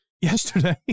yesterday